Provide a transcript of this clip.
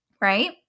right